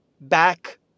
back